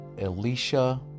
Alicia